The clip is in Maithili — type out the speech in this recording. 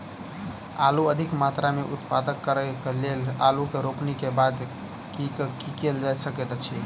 आलु अधिक मात्रा मे उत्पादन करऽ केँ लेल आलु केँ रोपनी केँ बाद की केँ कैल जाय सकैत अछि?